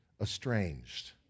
estranged